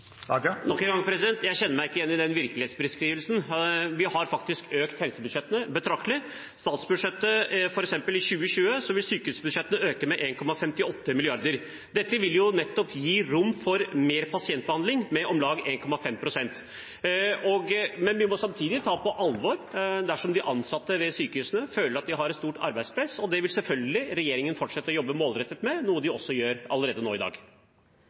Nok en gang: Jeg kjenner meg ikke igjen i den virkelighetsbeskrivelsen. Vi har faktisk økt helsebudsjettene betraktelig. I statsbudsjettet for 2020 vil f.eks. sykehusbudsjettene øke med 1,58 mrd. kr. Dette vil nettopp gi rom for mer pasientbehandling med om lag 1,5 pst. Men vi må samtidig ta det på alvor dersom de ansatte ved sykehusene føler at de har et stort arbeidspress. Det vil selvfølgelig regjeringen fortsette å jobbe målrettet med, noe de også gjør allerede i dag.